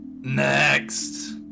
next